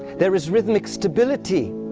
there is rhythmic stability,